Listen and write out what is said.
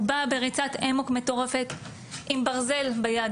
הוא בא בריצת אמוק מטורפת עם ברזל ביד,